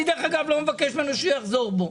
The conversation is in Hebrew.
דרך אגב, אני לא מבקש ממנו שיחזור בו.